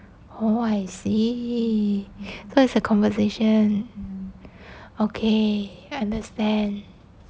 oh I see so it's a conversation okay understand